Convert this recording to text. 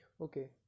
okay